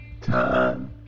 time